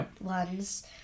ones